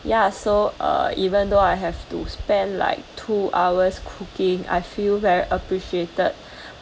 ya so uh even though I have to spend like two hours cooking I feel very appreciated